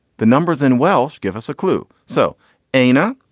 the numbers in welsh give us a clue. so aina.